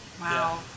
Wow